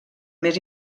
més